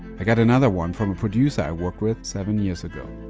i got another one from a producer i work with seven years ago.